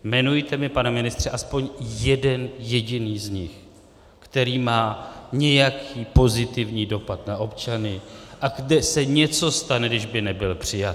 Jmenujte mi, pane ministře, aspoň jeden jediný z nich, který má nějaký pozitivní dopad na občany, a kde se něco stane, kdyby nebyl přijat.